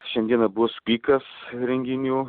šiandieną bus pikas renginių